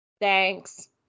Thanks